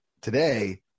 today